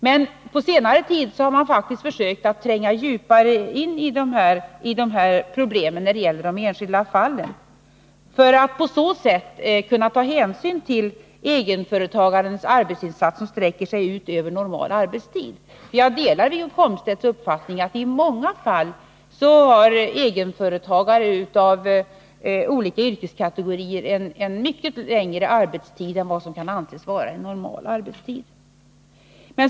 Men på senare tid har man faktiskt försökt att tränga djupare in i de här problemen när det gäller de enskilda fallen, för att på så sätt kunna ta hänsyn till egenföretagares arbetsinsats som sträcker sig utöver normal arbetstid. Jag delar Wiggo Komstedts uppfattning, att egenföretagare inom olika yrkeskategorier i många fall har en mycket längre arbetstid än vad som kan anses vara en normal arbetstid.